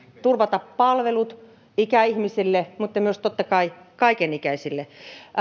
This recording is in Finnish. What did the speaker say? turvata palvelut ikäihmisille mutta totta kai myös kaikenikäisille